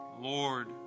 Lord